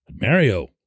Mario